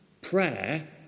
prayer